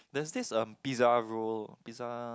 there is this um pizza roll pizza